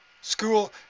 School